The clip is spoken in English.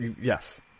Yes